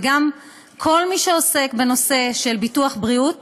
וגם כל מי שעוסק בנושא של ביטוח בריאות